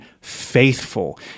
faithful